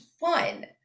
fun